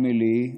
אמילי,